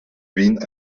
vint